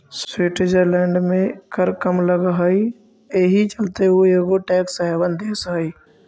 Switzerland में कर कम लग हई एहि चलते उ एगो टैक्स हेवन देश हई